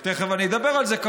ותכף אדבר על זה,